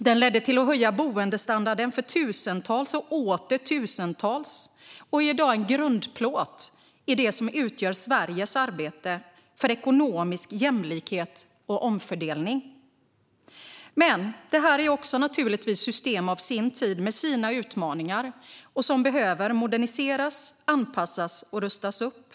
Det ledde till att höja boendestandarden för tusentals och åter tusentals och är i dag en grundplåt i det som utgör Sveriges arbete för ekonomisk jämlikhet och omfördelning. Men det är också system av sin tid med sina utmaningar, och de behöver moderniseras, anpassas och rustas upp.